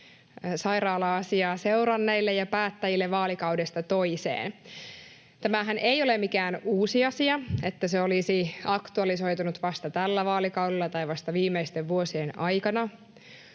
sairaala-asiaa seuranneille ja päättäjille vaalikaudesta toiseen. Tämähän ei ole mikään uusi asia, että se olisi aktualisoitunut vasta tällä vaalikaudella tai vasta viimeisten vuosien aikana,